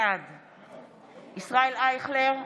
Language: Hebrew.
בעד ישראל אייכלר,